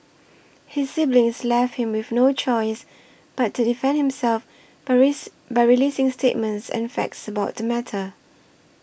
his siblings left him with no choice but to defend himself by raise by releasing statements and facts about the matter